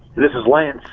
this is lance.